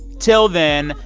until then,